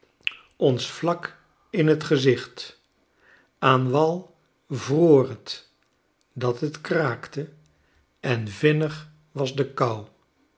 ons vlak in t gezicht aan wal vroor het dat het kraakte en vinnig was de kou